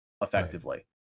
effectively